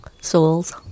Souls